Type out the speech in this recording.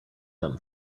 him